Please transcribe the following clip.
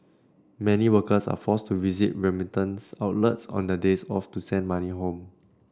many workers are forced to visit remittance outlets on their days off to send money home